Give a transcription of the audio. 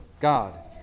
god